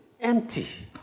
empty